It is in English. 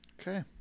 Okay